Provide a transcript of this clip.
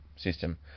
system